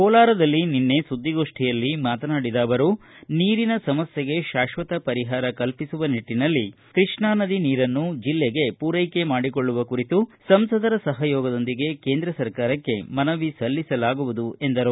ಕೋಲಾರದಲ್ಲಿ ನಿನ್ನೆ ಸುದ್ನಿಗೋಷ್ಠಿಯಲ್ಲಿ ಮಾತನಾಡಿದ ಅವರು ನೀರಿನ ಸಮಸ್ನೆಗೆ ಶಾಶ್ವತ ಪರಿಹಾರ ಕಲ್ಪಿಸುವ ನಿಟ್ಟನಲ್ಲಿ ಕೃಷ್ಣಾನದಿ ನೀರನ್ನು ಜಿಲ್ಲೆಗೆ ಪೂರೈಕೆ ಮಾಡಿಕೊಳ್ಳುವ ಕುರಿತು ಸಂಸದರ ಸಹಯೋಗದೊಂದಿಗೆ ಕೇಂದ್ರ ಸರ್ಕಾರಕ್ಕೆ ಮನವಿ ಸಲ್ಲಿಸಲಾಗುವುದು ಎಂದರು